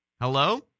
Hello